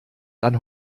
dann